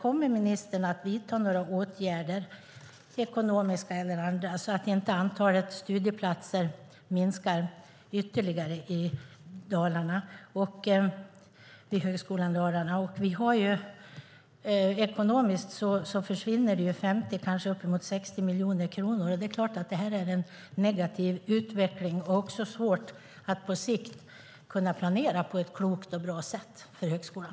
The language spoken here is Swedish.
Kommer ministern att vidta några åtgärder, ekonomiska eller andra, så att inte antalet studieplatser minskar ytterligare vid Högskolan Dalarna? Ekonomiskt försvinner det 50, kanske uppemot 60, miljoner kronor. Det är en negativ utveckling som också gör det svårt att kunna planera på ett klokt och bra sätt för högskolan.